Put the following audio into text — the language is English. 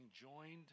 joined